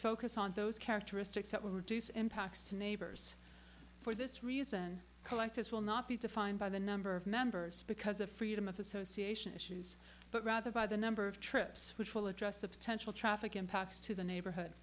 focus on those characteristics that will reduce impacts to neighbors for this reason collectors will not be defined by the number of members because of freedom of association but rather by the number of trips which will address the potential traffic impacts to the neighborhood